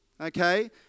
Okay